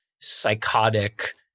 psychotic